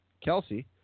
Kelsey